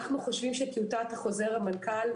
אנו חושבים שטיוטת חוזר המנכ"ל,